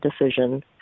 decision